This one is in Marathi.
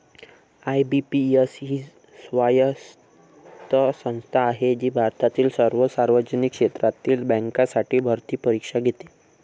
आय.बी.पी.एस ही स्वायत्त संस्था आहे जी भारतातील सर्व सार्वजनिक क्षेत्रातील बँकांसाठी भरती परीक्षा घेते